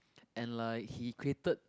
and like he created